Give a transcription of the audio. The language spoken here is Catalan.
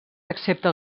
excepte